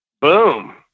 boom